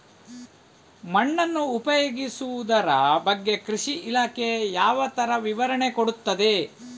ಮಣ್ಣನ್ನು ಉಪಯೋಗಿಸುದರ ಬಗ್ಗೆ ಕೃಷಿ ಇಲಾಖೆ ಯಾವ ತರ ವಿವರಣೆ ಕೊಡುತ್ತದೆ?